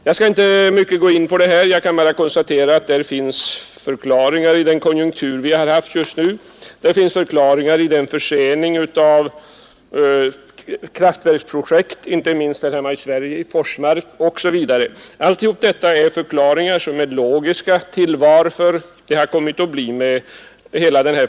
Jag skall inte närmare gå in på den här saken. Jag kan bara konstatera att förklaringarna bl.a. finns i den konjunktur vi haft just nu och i försening av kraftverksprojekt — inte minst i Forsmark här hemma i Sverige. Allt detta är logiska förklaringar till varför det har kommit att bli som det nu är.